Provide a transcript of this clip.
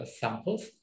samples